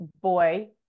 boy